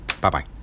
Bye-bye